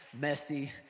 Messy